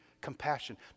compassion